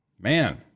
Man